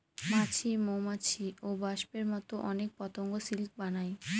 মাছি, মৌমাছি, ওবাস্পের মতো অনেক পতঙ্গ সিল্ক বানায়